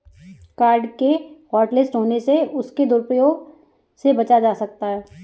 card के hotlist होने से उसके दुरूप्रयोग से बचा जा सकता है